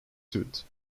suit